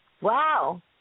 Wow